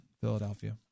Philadelphia